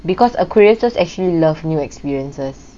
because aquariuses actually love new experiences